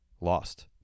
lost